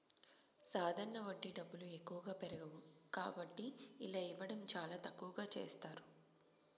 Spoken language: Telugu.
సాధారణ వడ్డీ డబ్బులు ఎక్కువగా పెరగవు కాబట్టి ఇలా ఇవ్వడం చాలా తక్కువగా చేస్తారు